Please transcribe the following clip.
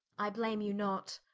i blame you not,